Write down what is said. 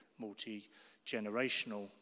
multi-generational